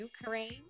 Ukraine